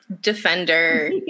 defender